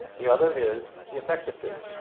the other is the effective date.